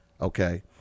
Okay